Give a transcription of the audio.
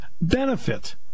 benefit